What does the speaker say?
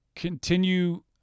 continue